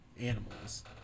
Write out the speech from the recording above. animals